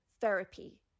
therapy